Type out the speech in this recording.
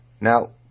Now